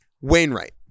Wainwright